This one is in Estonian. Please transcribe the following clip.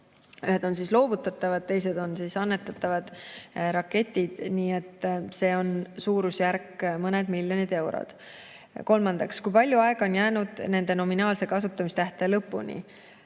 ühed on loovutatavad, teised on annetatavad raketid –, see summa on suurusjärgus mõned miljonid eurod. Kolmandaks, kui palju aega on jäänud nende nominaalse kasutamistähtaja lõpuni?